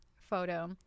photo